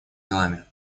делами